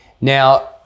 Now